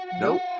Nope